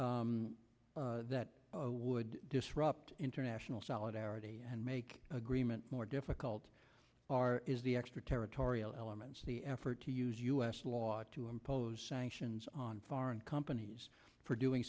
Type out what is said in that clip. that would disrupt international solidarity and make agreement more difficult are is the extraterritorial elements the effort to use u s law to impose sanctions on foreign companies for doing